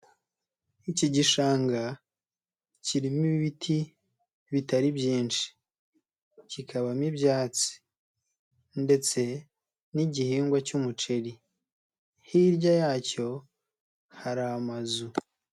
Iki gishanga kirimo ibiti bitari byinshi, kikabamo ibyatsi ndetse n'igihingwa cy'umuceri, hirya yacyo hari amazu.